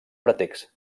pretext